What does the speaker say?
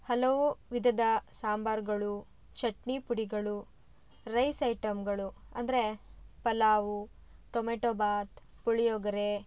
ಹಲವು ವಿಧದ ಸಾಂಬಾರುಗಳು ಚಟ್ನಿ ಪುಡಿಗಳು ರೈಸ್ ಐಟಮ್ಗಳು ಅಂದರೆ ಪಲಾವು ಟೊಮೆಟೊ ಭಾತ್ ಪುಳಿಯೋಗರೆ